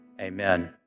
Amen